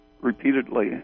repeatedly